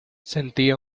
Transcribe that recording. sentía